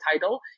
title